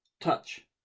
touch